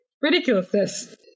ridiculousness